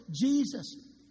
Jesus